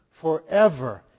forever